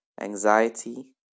anxiety